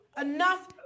Enough